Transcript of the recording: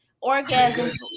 orgasm